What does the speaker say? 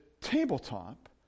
tabletop